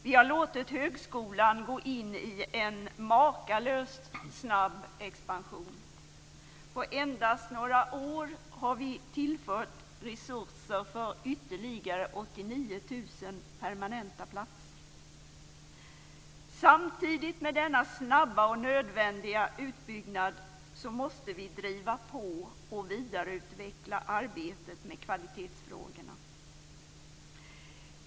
Vi har låtit högskolan gå in i en makalöst snabb expansion. På endast några år har vi tillfört resurser för ytterligare 89 000 permanenta platser. Samtidigt med denna snabba och nödvändiga utbyggnad måste vi driva på och vidareutveckla arbetet med kvalitetsfrågorna.